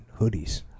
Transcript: hoodies